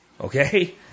Okay